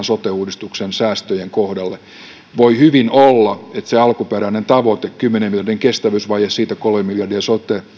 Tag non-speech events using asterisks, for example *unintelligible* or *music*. *unintelligible* sote uudistuksen säästöjen kohdalle kannattaa laittaa iso huutomerkki voi hyvin olla että alkuperäinen tavoite kymmenen miljardin kestävyysvajeesta kolme miljardia sote